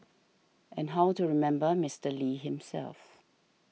and how to remember Mister Lee himself